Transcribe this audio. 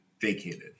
vacated